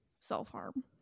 self-harm